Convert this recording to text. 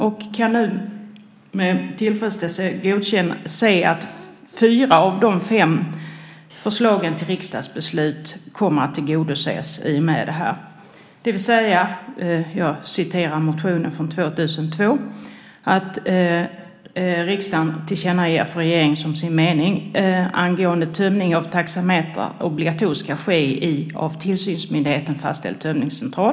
Jag kan nu med tillfredsställelse se att fyra av de fem förslagen till riksdagsbeslut kommer att tillgodoses i och med detta. I motionen från 2002 står det att riksdagen tillkännager för regeringen som sin mening angående tömning av taxametrar att detta obligatoriskt ska ske i av tillsynsmyndigheten fastställd tömningscentral.